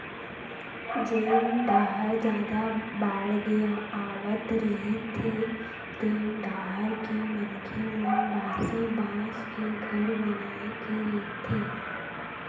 जेन डाहर जादा बाड़गे आवत रहिथे तेन डाहर के मनखे मन बासे बांस के घर बनाए के रहिथे